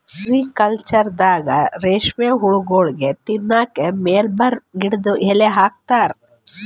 ಸೆರಿಕಲ್ಚರ್ದಾಗ ರೇಶ್ಮಿ ಹುಳಗೋಳಿಗ್ ತಿನ್ನಕ್ಕ್ ಮಲ್ಬೆರಿ ಗಿಡದ್ ಎಲಿ ಹಾಕ್ತಾರ